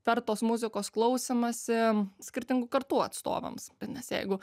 per tos muzikos klausymąsi skirtingų kartų atstovams nes jeigu